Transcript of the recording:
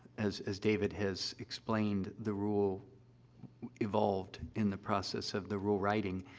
as as david has explained, the rule evolved in the process of the rule writing.